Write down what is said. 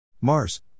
Mars